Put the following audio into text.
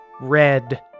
red